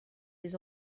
des